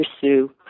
pursue